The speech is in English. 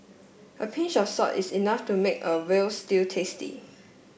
a pinch of salt is enough to make a veal stew tasty